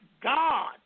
God